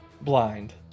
Blind